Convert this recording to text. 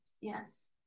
yes